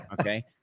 okay